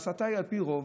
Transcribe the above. היא על פי רוב,